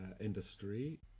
industry